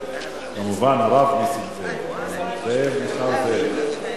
כמובן הרב נסים זאב, אבל זאב נשאר זאב.